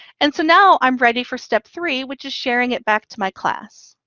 and so now i'm ready for step three, which is sharing it back to my class.